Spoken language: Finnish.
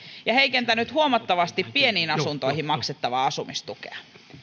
ja heikentänyt huomattavasti pieniin asuntoihin maksettavaa asumistukea